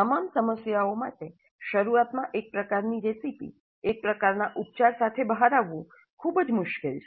તમામ સમસ્યાઓ માટે શરૂઆતમાં એક પ્રકારની રેસીપી એક પ્રકારનાં ઉપચાર સાથે બહાર આવવું ખૂબ જ મુશ્કેલ છે